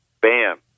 bam